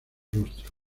rostro